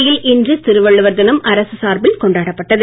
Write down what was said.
புதுச்சேரியில் இன்று திருவள்ளுவர் தினம் அரசு சார்பில் கொண்டாடப் பட்டது